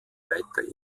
weiter